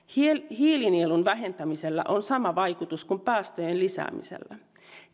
hiilinielun vähentämisellä on sama vaikutus kuin päästöjen lisäämisellä